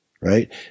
Right